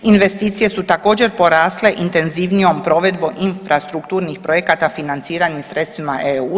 Investicije su također porasle intenzivnijom provedbom infrastrukturnih projekata financiranih sredstvima EU.